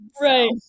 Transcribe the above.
Right